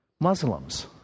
Muslims